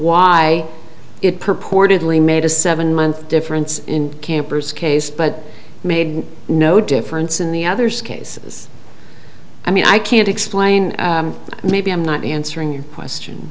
why it purportedly made a seven month difference in campers case but made no difference in the others cases i mean i can't explain maybe i'm not answering your question